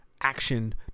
action